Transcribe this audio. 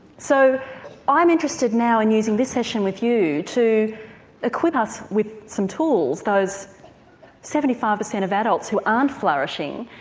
so i'm interested now in using this session with you to equip us with some tools, those seventy five percent of adults who aren't flourishing.